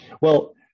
Well-